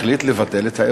החליט לבטל את האירוע.